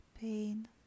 pain